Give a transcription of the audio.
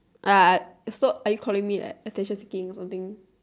ya stop are you calling me attention seeking or something